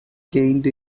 gained